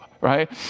right